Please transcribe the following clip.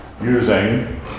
using